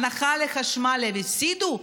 הנחה בחשמל הם הפסידו,